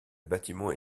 bâtiment